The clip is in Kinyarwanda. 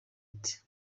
ati